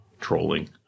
trolling